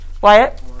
Wyatt